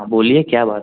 हाँ बोलिए क्या बात